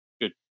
good